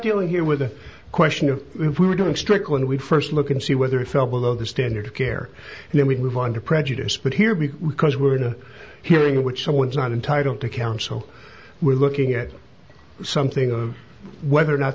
dealing here with the question of if we were doing stricklin we first look and see whether it fell below the standard of care and then we move on to prejudice but here because we're in a hearing which someone's not entitled to counsel we're looking at something of whether or not